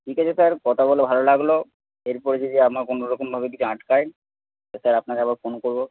ঠিক আছে স্যার কথা বলে ভালো লাগলো এরপরে যদি আমার কোনোরকমভাবে কিছু আটকায় স্যার আপনাকে একবার ফোন করবো